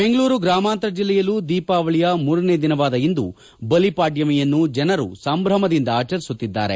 ಬೆಂಗಳೂರು ಗ್ರಾಮಾಂತರ ಜಿಲ್ಲೆಯಲ್ಲೂ ದೀಪಾವಳಿಯ ಮೂರನೇ ದಿನವಾದ ಇಂದು ಬಲಿಪಾದ್ಯಮಿಯನ್ನು ಜನರು ಸಂಭ್ರಮದಿಂದ ಆಚರಿಸುತ್ತಿದ್ದಾರೆ